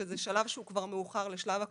שזה שלב שהוא כבר מאוחר לשלב הכרטוס,